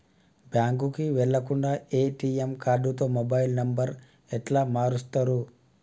బ్యాంకుకి వెళ్లకుండా ఎ.టి.ఎమ్ కార్డుతో మొబైల్ నంబర్ ఎట్ల మారుస్తరు?